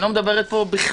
אני לא מדברת פה בכלל